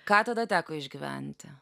ką tada teko išgyventi